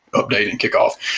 update and kick off.